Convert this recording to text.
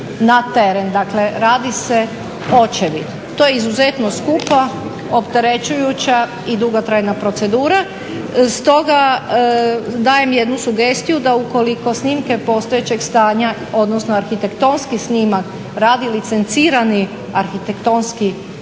Dakle, radi se očevid. To je izuzetno skupa, opterećujuća i dugotrajna procedura stoga dajem jednu sugestiju da ukoliko snimke postojećeg stanja, odnosno arhitektonski snimak radi licencirani arhitektonski ured